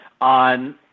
on